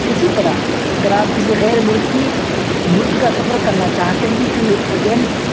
اسی طرح اگر آپ کسی غیر ملکی ملک کا سفر کرنا چاہتے ہیں تو یہ ایجنٹس